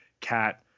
cat